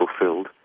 fulfilled